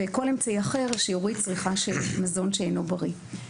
וכל אמצעי אחר שיוריד צריכה של מזון שאינו בריא.